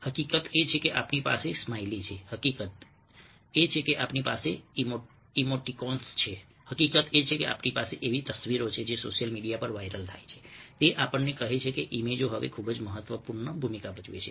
હકીકત એ છે કે આપણી પાસે સ્માઈલી છે હકીકત એ છે કે આપણી પાસે ઈમોટિકોન્સ છે હકીકત એ છે કે આપણી પાસે એવી તસવીરો છે જે સોશિયલ મીડિયા પર વાયરલ થાય છે તે આપણને કહે છે કે ઈમેજો હવે ખૂબ જ મહત્વપૂર્ણ ભૂમિકા ભજવે છે